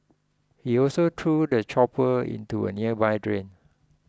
he also threw the chopper into a nearby drain